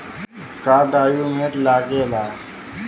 का डॉक्यूमेंट लागेला?